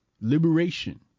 liberation